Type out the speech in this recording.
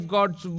God's